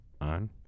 on